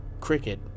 cricket